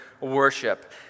worship